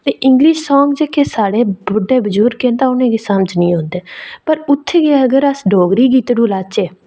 ते English song साढ़े जेह्के बुड्डे बजुर्ग ना उ'नें ई समझ नेईं औंदी ऐ पर उत्थै गै अपने अस डोगरी गितड़ू लाह्चै